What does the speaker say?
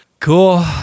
cool